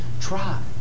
try